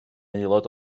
aelod